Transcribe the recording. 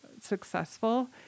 successful